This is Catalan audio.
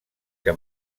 que